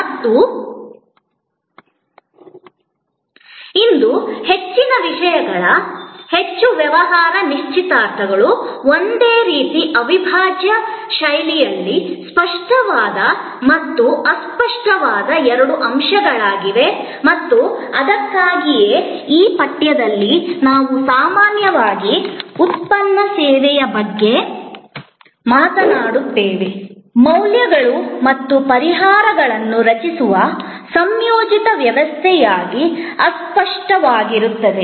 ಮತ್ತು ಇಂದು ಹೆಚ್ಚಿನ ವಿಷಯಗಳು ಹೆಚ್ಚಿನ ವ್ಯವಹಾರ ನಿಶ್ಚಿತಾರ್ಥಗಳು ಒಂದು ರೀತಿಯ ಅವಿಭಾಜ್ಯ ಶೈಲಿಯಲ್ಲಿ ಸ್ಪಷ್ಟವಾದ ಮತ್ತು ಅಸ್ಪಷ್ಟವಾದ ಎರಡೂ ಅಂಶಗಳಾಗಿವೆ ಮತ್ತು ಅದಕ್ಕಾಗಿಯೇ ಈ ಪಠ್ಯದಲ್ಲಿ ನಾವು ಸಾಮಾನ್ಯವಾಗಿ ಉತ್ಪನ್ನ ಸೇವೆಯ ಬಗ್ಗೆ ಮಾತನಾಡುತ್ತೇವೆ ಮೌಲ್ಯಗಳು ಮತ್ತು ಪರಿಹಾರಗಳನ್ನು ರಚಿಸುವ ಸಂಯೋಜಿತ ವ್ಯವಸ್ಥೆಯಾಗಿ ಅಸ್ಪಷ್ಟವಾಗಿರುತ್ತದೆ